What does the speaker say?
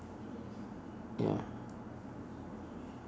ya